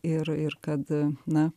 ir ir kad na